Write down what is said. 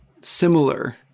similar